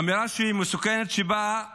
זו אמירה שהיא מסוכנת, שבאה